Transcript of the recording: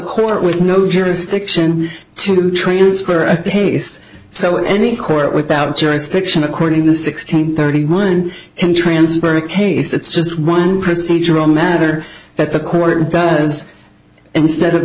court with no jurisdiction to transfer a pace so any court without jurisdiction according to the sixteen thirty one and transfer case it's just one procedural matter that the court does instead of